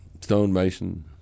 stonemason